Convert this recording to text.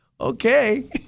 Okay